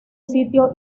sitio